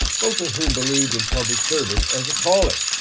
both of whom believed in public service as a calling.